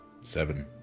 Seven